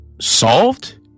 solved